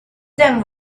them